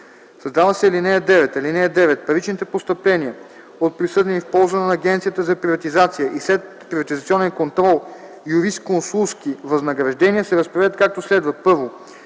Създава се ал. 9: „(9) Паричните постъпления от присъдени в полза на Агенцията за приватизация и следприватизационен контрол юрисконсултски възнаграждения се разпределят, както следва: 1.